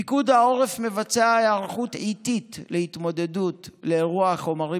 פיקוד העורף מבצע היערכות איטית להתמודדות עם אירוע חומרים